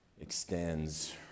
extends